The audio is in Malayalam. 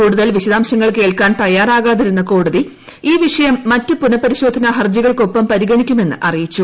കൂടുതൽ വിശദാംശങ്ങൾ കേൾക്കാൻ തയ്യാറാകാതിരുന്ന കോടതി ഈ വിഷയം മറ്റ് പുനപ്പരിശോധന ഹർജികൾക്കൊപ്പം പരിഗണിക്കുമെന്ന് അറിയിച്ചു